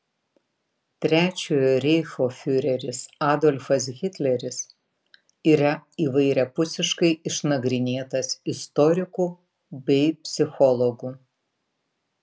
trečiojo reicho fiureris adolfas hitleris yra įvairiapusiškai išnagrinėtas istorikų bei psichologų